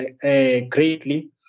greatly